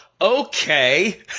Okay